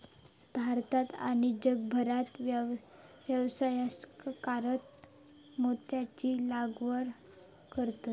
भारतात आणि जगभरात व्यवसायासाकारता मोत्यांची लागवड करतत